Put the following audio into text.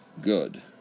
good